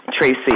Tracy